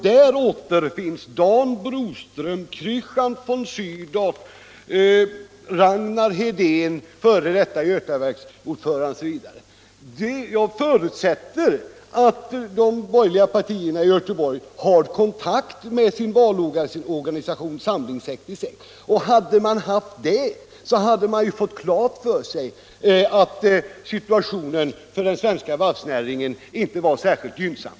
Där återfinns Dan-Axel Broström, Kristian von Sydow, Ragnar Hedén -— f. d. Götaverksordförande — osv. Jag förutsätter att de borgerliga partierna i Göteborg har kontakt med sin valorganisation Samling 66, och då måste man ju ha fått klart för sig att situationen för den svenska varvsnäringen inte var särskilt gynnsam.